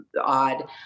odd